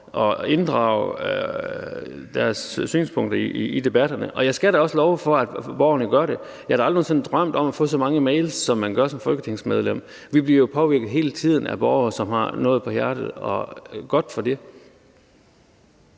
at inddrage deres synspunkter i debatterne, og jeg skal da også love for, at borgerne gør det. Jeg havde da aldrig nogen sinde drømt om at få så mange mails, som jeg gør som folketingsmedlem. Vi bliver jo hele tiden påvirket af borgere, som har noget på hjerte, og godt for det.